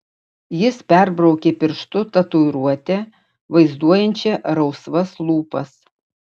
jis perbraukė pirštu tatuiruotę vaizduojančią rausvas lūpas